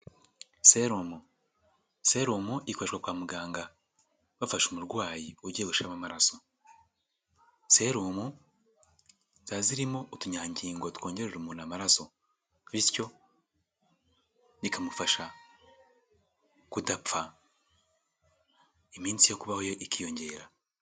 Serumu, serumu ikoreshwa kwa muganga bafasha umurwayi ugiye gushiramo amaraso, serumu ziba zirimo utunyangingo twongerera umuntu amaraso bityo bikamufasha kudapfa iminsi yo kubaho ikiyongera.